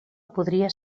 podria